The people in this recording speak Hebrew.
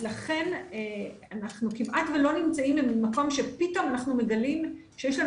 לכן אנחנו כמעט ולא נמצאים במקום שפתאום אנחנו מגלים שיש לנו